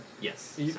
yes